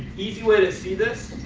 easy way to see this,